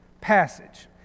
passage